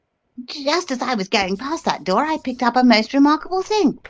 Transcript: just as i was going past that door i picked up a most remarkable thing.